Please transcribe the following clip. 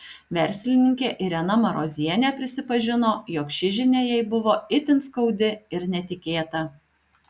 verslininkė irena marozienė prisipažino jog ši žinia jai buvo itin skaudi ir netikėta